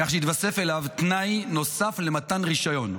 כך שיתווסף אליו תנאי נוסף למתן רישיון.